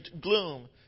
gloom